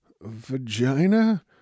vagina